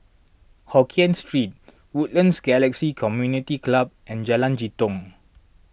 Hokien Street Woodlands Galaxy Community Club and Jalan Jitong